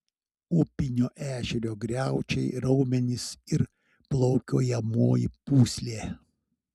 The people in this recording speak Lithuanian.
upinio ešerio griaučiai raumenys ir plaukiojamoji pūslė